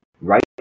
right